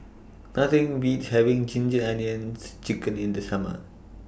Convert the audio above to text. Nothing Beats having Ginger Onions Chicken in The Summer